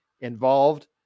involved